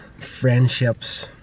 friendships